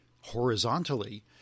horizontally